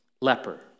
leper